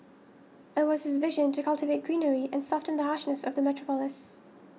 it was his vision to cultivate greenery and soften the harshness of the metropolis